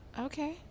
Okay